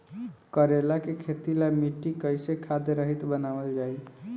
करेला के खेती ला मिट्टी कइसे खाद्य रहित बनावल जाई?